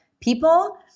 people